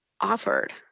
offered